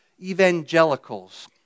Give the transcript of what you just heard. evangelicals